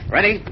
Ready